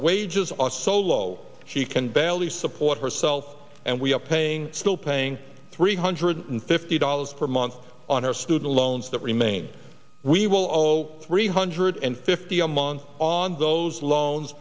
wages are so low she can barely support herself and we are paying still paying three hundred fifty dollars per month on her student loans that remain we will owe three hundred and fifty a month on those loans